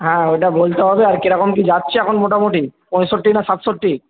হ্যাঁ ওইটা বলতে হবে আর কীরকম কী যাচ্ছে এখন মোটামোটি পঁয়ষট্টি না সাতষট্টি